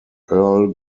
earle